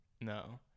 No